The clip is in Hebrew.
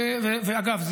ואגב,